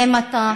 אם אתה,